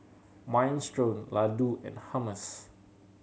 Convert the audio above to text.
Minestrone Ladoo and Hummus